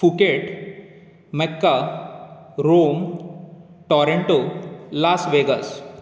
Phuket Mecca Rome Toronto Las vagus